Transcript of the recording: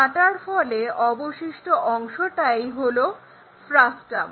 কাটার ফলে অবশিষ্ট অংশটাই হলো ফ্রাস্টাম